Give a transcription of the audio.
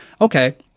okay